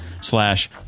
slash